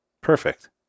Perfect